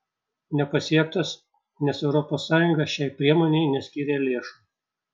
nepasiektas nes europos sąjunga šiai priemonei neskyrė lėšų